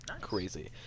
Crazy